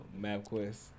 MapQuest